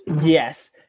Yes